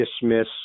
dismiss